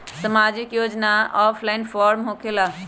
समाजिक योजना offline form होकेला?